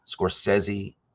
Scorsese